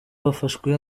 bafashwe